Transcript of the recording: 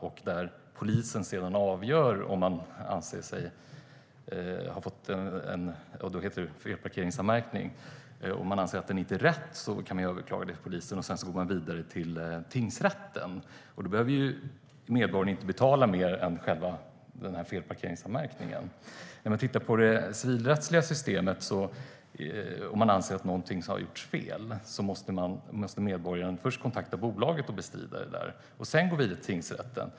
Om man anser att felparkeringsavgiften inte är riktig kan man överklaga den till polisen. Sedan kan man gå vidare till tingsrätten. I det fallet behöver medborgaren inte betala mer än avgiften för felparkeringsanmärkningen. Om man anser att någonting har gjorts fel i det civilrättsliga systemet måste medborgaren först kontakta bolaget och bestrida avgiften. Sedan kan man gå vidare till tingsrätten.